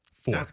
Four